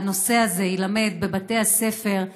והנושא הזה יילמד בבתי הספר,